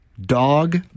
Dog